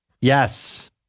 Yes